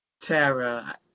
Tara